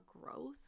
growth